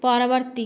ପରବର୍ତ୍ତୀ